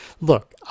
look